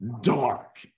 dark